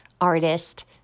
artist